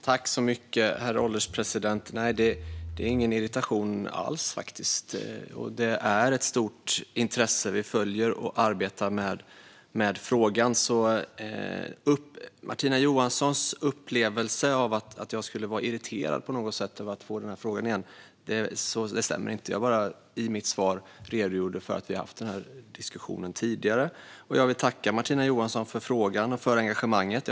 Herr ålderspresident! Det finns faktiskt ingen irritation alls, och vi följer och arbetar med frågan med stort intresse. Martina Johanssons upplevelse av att jag på något sätt skulle vara irriterad över att få denna fråga igen stämmer inte. I mitt svar redogjorde jag bara för att vi har haft denna diskussion tidigare. Jag vill tacka Martina Johansson för frågan och för engagemanget.